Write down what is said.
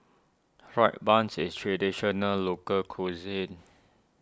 Fried Buns is Traditional Local Cuisine